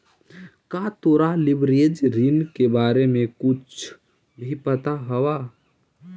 का तोरा लिवरेज ऋण के बारे में कुछो भी पता हवऽ?